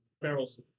barrels